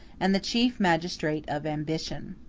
and the chief magistrate of ambition.